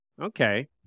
Okay